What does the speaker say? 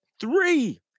three